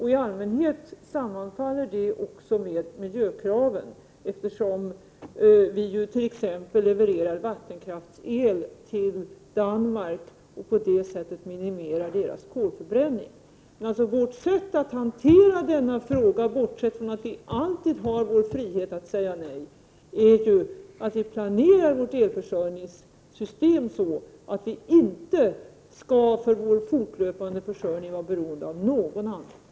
I allmänhet sammanfaller det också med miljökraven, eftersom vi ju t.ex. levererar vattenkraftsel till Danmark och på det sättet bidrar till att minimera kolbränningen i Danmark. Vårt sätt att hantera denna fråga, bortsett från att vi alltid har vår frihet att säga nej, är ju att vi planerar vårt elförsörjningssystem så, att vi för vår fortlöpande försörjning inte skall vara beroende av någon annan.